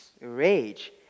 rage